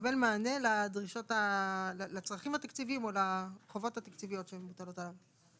מקבל מענה לצרכים התקציביים או לחובות התקציביות שמוטלות עליו?